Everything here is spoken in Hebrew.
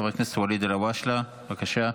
חבר הכנסת ואליד אלהואשלה, בבקשה.